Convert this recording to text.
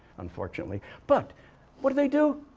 unfortunately. but what do they do?